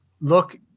Look